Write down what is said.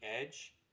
edge